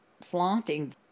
flaunting